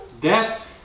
Death